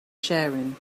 sharing